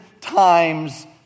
times